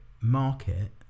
market